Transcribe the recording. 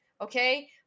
okay